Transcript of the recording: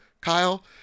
Kyle